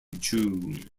june